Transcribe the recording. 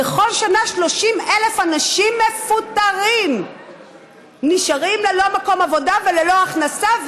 בכל שנה 30,000 אנשים מפוטרים נשארים ללא מקום עבודה וללא הכנסה,